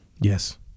Yes